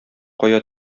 кая